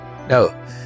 No